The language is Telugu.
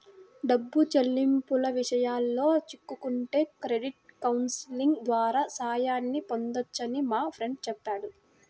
డబ్బు చెల్లింపుల విషయాల్లో చిక్కుకుంటే క్రెడిట్ కౌన్సిలింగ్ ద్వారా సాయాన్ని పొందొచ్చని మా ఫ్రెండు చెప్పాడు